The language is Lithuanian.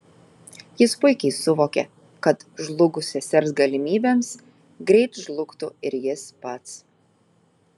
jis puikiai suvokė kad žlugus sesers galimybėms greit žlugtų ir jis pats